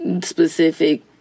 specific